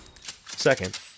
Second